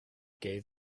gave